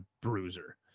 bruiser